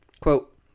Quote